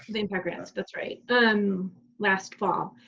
the impact grants, that's right but um last fall.